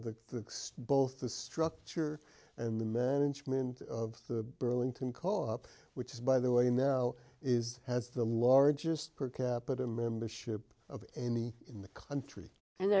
the both the structure and the management of the burlington caught up which is by the way now is has the largest per capita membership of any in the country and